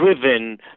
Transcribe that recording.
driven